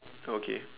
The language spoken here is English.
okay